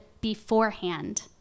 beforehand